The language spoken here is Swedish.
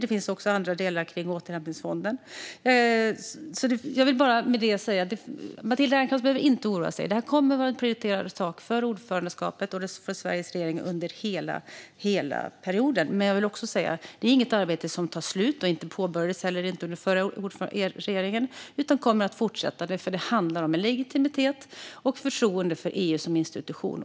Det finns också andra delar om återhämtningsfonden. Matilda Ernkrans behöver inte oroa sig. Det kommer att vara en prioriterad sak för ordförandeskapet och för Sveriges regering under hela perioden. Jag vill också säga att det inte är något arbete som tar slut. Det påbörjades inte heller under den förra regeringen, och det kommer att fortsätta. Det handlar om legitimitet och förtroende för EU som institution.